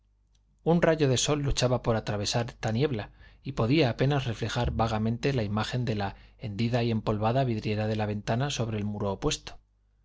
un rayo de sol luchaba por atravesar esta niebla y podía apenas reflejar vagamente la imagen de la hendida y empolvada vidriera de la ventana sobre el muro opuesto